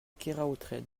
keraotred